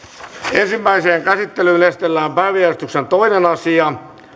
ensimmäiseen käsittelyyn esitellään päiväjärjestyksen toinen asia